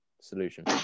Solution